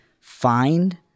find